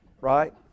right